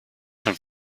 schon